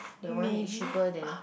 that one is cheaper than